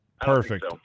Perfect